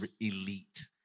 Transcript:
elite